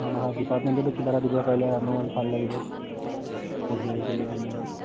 অঁ হয় ডিপাৰ্টমেণ্টতো কিবা এটা দিব পাৰিলে আমাৰো ভাল লাগিব পঢ়ি আহিছিলোঁ ধুনীয়াকৈ